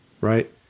right